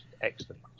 excellent